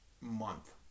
month